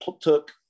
took